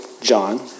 John